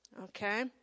Okay